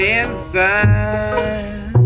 inside